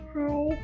Hi